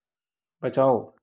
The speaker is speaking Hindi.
बचाओ